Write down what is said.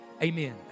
Amen